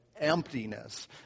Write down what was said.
emptiness